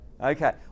Okay